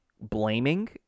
blaming